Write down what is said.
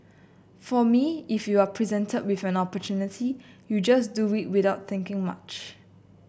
for me if you are presented with an opportunity you just do without thinking much